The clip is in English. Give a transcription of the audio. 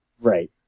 Right